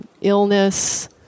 Illness